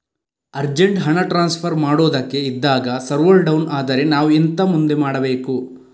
Urgent ಹಣ transfer ಮಾಡೋದಕ್ಕೆ ಇದ್ದಾಗ ಸರ್ವರ್ ಡೌನ್ ಆದರೆ ನಾವು ಮುಂದೆ ಎಂತ ಮಾಡಬೇಕು?